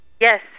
Yes